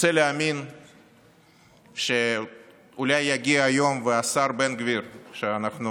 רוצה להאמין שאולי יגיע היום והשר בן גביר, שאנחנו